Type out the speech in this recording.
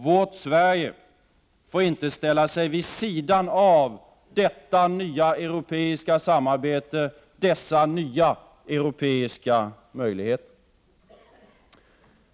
Vårt Sverige får inte ställa sig vid sidan av detta nya europeiska samarbete, dessa nya europeiska möjligheter.